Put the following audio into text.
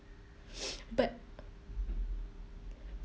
but